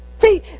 see